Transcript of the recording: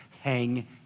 hang